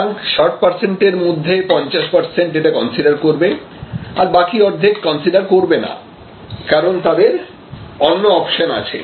সুতরাং 60 এর মধ্যে 50 এটা কনসিডার করবে আর বাকি অর্ধেক কনসিডার করবে না কারণ তাদের অন্য অপশন আছে